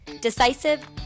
decisive